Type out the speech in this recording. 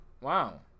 Wow